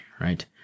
right